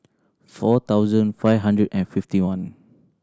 four thousand five hundred and fifty one